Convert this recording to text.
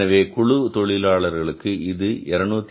எனவே குழு தொழிலாளர்களுக்கு இது 202